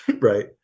right